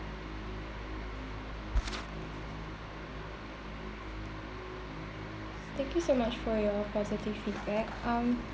thank you so much for your positive feedback um